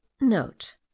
Note